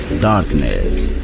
Darkness